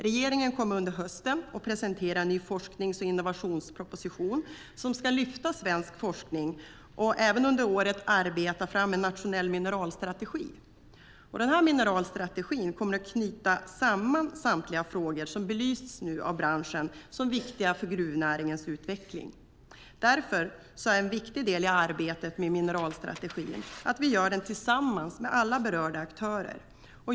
Regeringen kommer under hösten att presentera en ny forsknings och innovationsproposition som ska lyfta fram svensk forskning och under året även arbeta fram en nationell mineralstrategi. Den mineralstrategin kommer att knyta samman samtliga frågor som av branschen belysts som viktiga för gruvnäringens utveckling. En viktig del i arbetet med mineralstrategin är därför att göra den tillsammans med alla berörda aktörer.